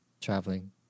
traveling